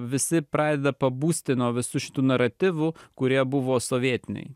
visi pradeda pabusti nuo visų šitų naratyvų kurie buvo sovietiniai